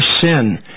sin